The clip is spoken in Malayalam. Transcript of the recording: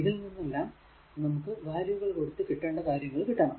ഇതിൽ നിന്നെല്ലാം നമുക്ക് വാല്യൂകൾ കൊടുത്തു കിട്ടേണ്ട കാര്യങ്ങൾ കിട്ടണം